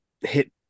hit